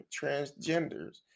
transgenders